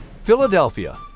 Philadelphia